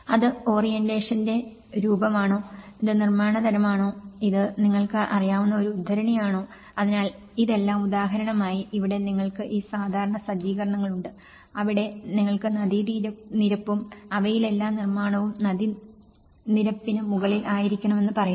അത് ഓറിയന്റേഷന്റെ രൂപമാണോ ഇത് നിർമ്മാണ തരമാണോ ഇത് നിങ്ങൾക്ക് അറിയാവുന്ന ഒരു ഉദ്ധരണിയാണോ അതിനാൽ ഇതെല്ലാം ഉദാഹരണമായി ഇവിടെ നിങ്ങൾക്ക് ഈ സാധാരണ സജ്ജീകരണങ്ങളുണ്ട് അവിടെ നിങ്ങൾക്ക് നദീനിരപ്പും അവയിൽ എല്ലാ നിർമാണവും നദീ നിറയ്പ്പിനു മുകളിൽ ആയിരിക്കണമെന്ന് പറയുന്നു